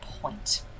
point